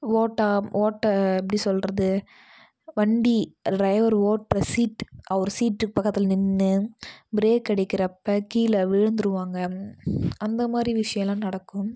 ஓட்டும் எப்படி சொல்கிறது வண்டி ட்ரைவர் ஓட்டுகிற சீட் அவர் சீட்டுக்கு பக்கத்தில் நின்று பிரேக் அடிக்கிறப்போ கீழே விழுந்துடுவாங்க அந்தமாதிரி விஷயலாம் நடக்கும்